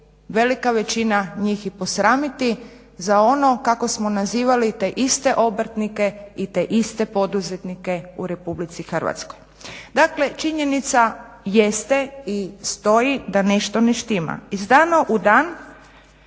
velika većina njih i posramiti, za ono kako smo nazivali te iste obrtnike i te iste poduzetnike u Republici Hrvatskoj. Dakle činjenica jeste i stoji da nešto ne štima. Iz dana u dan